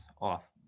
off